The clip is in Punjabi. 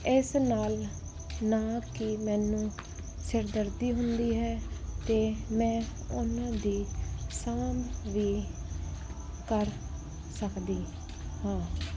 ਇਸ ਨਾਲ ਨਾ ਕਿ ਮੈਨੂੰ ਸਿਰਦਰਦੀ ਹੁੰਦੀ ਹੈ ਅਤੇ ਮੈਂ ਉਹਨਾਂ ਦੀ ਸਾਂਭ ਵੀ ਕਰ ਸਕਦੀ ਹਾਂ